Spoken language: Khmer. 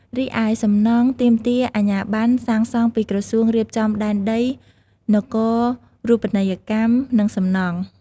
រីឯសំណង់ ទាមទារអាជ្ញាប័ណ្ណសាងសង់ពីក្រសួងរៀបចំដែនដី នគរូបនីយកម្ម និងសំណង់។